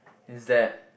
is that